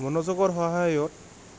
মনোযোগৰ সহায়ত